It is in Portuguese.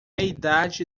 idade